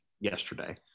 yesterday